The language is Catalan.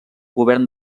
govern